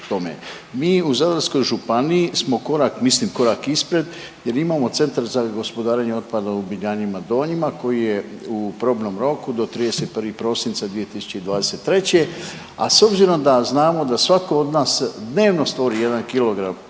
Mi u Zadarskoj županiji smo korak, mislim korak ispred jer imamo Centar za gospodarenje otpadom u Biljanima Donjima koji je u probnom roku do 31. prosinca 2023., a s obzirom da znamo da svatko od nas dnevno stvori jedan